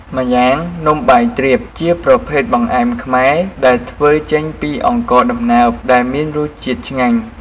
ម្យ៉ាងនំបាយទ្រាបជាប្រភេទបង្អែមខ្មែរដែលធ្វើចេញពីអង្ករដំណើបដែលមានរសជាតិឆ្ងាញ់។